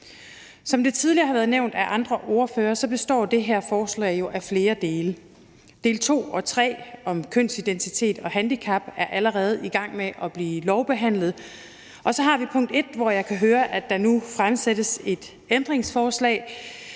Som det tidligere har været nævnt af andre ordførere, består det her forslag af flere dele. Del 2 og 3 om kønsidentitet og handicap er allerede i gang med at blive lovbehandlet, og så har vi del 1, hvorom jeg kan høre at der stilles et ændringsforslag,